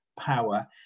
power